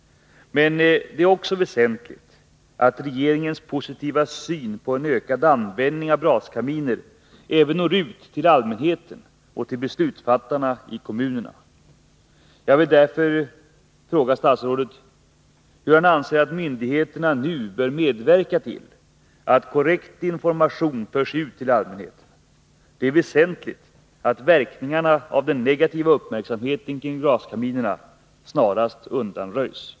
Men det är också väsentligt att regeringens positiva syn på en ökad användning av braskaminer når ut till allmänheten och till beslutsfattarna i kommunerna. Jag vill därför fråga statsrådet hur han anser att myndigheterna nu bör medverka till att korrekt information förs ut till allmänheten. Det är väsentligt att verkningarna av den negativa uppmärksamheten kring braskaminerna snarast undanröjs.